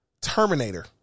Terminator